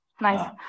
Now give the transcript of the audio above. nice